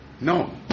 No